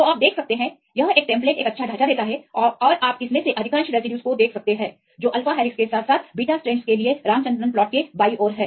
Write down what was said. तो आप देख सकते हैं यह एक टेम्पलेट एक अच्छा ढांचा देता है और आप इसमें से अधिकांश रेसिड्यूज को देख सकते हैं जो अल्फा हेलिक्स के साथ साथ बीटा स्ट्रैंड्स के लिए रामचंद्रन प्लॉट के बाईं ओर हैं